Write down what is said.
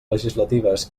legislatives